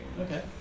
Okay